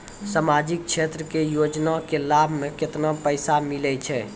समाजिक क्षेत्र के योजना के लाभ मे केतना पैसा मिलै छै?